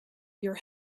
your